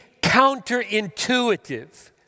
counterintuitive